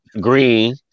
Green